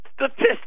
statistics